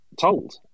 told